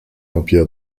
empire